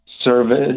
service